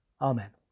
Amen